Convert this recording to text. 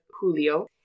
Julio